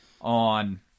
on